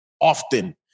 often